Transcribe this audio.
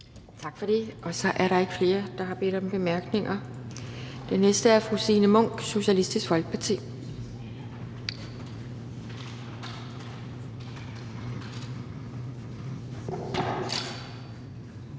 Tak for det. Så er der ikke flere, der har bedt om bemærkninger. Den næste er fru Signe Munk, Socialistisk Folkeparti.